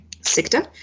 sector